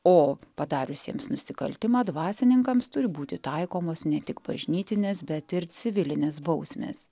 o padariusiems nusikaltimą dvasininkams turi būti taikomos ne tik bažnytinės bet ir civilinės bausmės